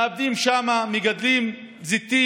הם מעבדים שם, מגדלים זיתים,